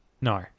No